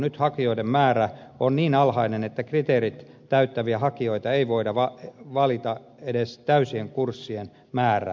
nyt hakijoiden määrä on niin alhainen että kriteerit täyttäviä hakijoita ei voida valita edes täysien kurssien määrää